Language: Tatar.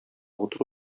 утыру